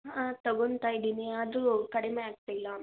ಹಾಂ ತಗೊಂತಾ ಇದ್ದೀನಿ ಆದರೂ ಕಡಿಮೆ ಆಗ್ತಿಲ್ಲ